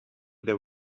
their